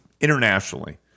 internationally